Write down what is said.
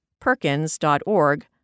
perkins.org